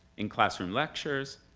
in classroom lectures,